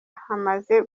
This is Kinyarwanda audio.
hamaze